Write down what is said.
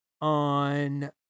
on